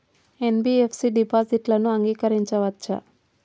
NBFC డిపాజిట్లను అంగీకరించవచ్చా?